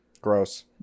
Gross